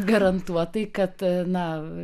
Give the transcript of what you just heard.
garantuotai kad na